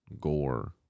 Gore